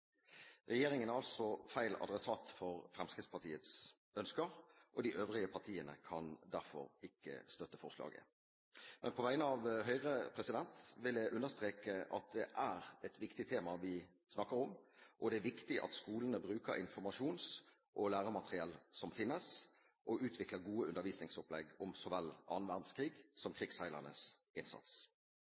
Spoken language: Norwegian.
Regjeringen er altså feil adressat for Fremskrittspartiets ønsker, og de øvrige partiene kan derfor ikke støtte forslaget. På vegne av Høyre vil jeg imidlertid understreke at det er et viktig tema vi snakker om, og det er viktig at skolene bruker informasjons- og læremateriell som finnes og utvikler gode undervisningsopplegg om så vel annen verdenskrig som krigsseilernes innsats.